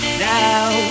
now